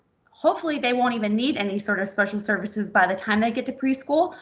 hopefully they won't even need any sort of special services by the time they get to preschool.